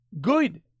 good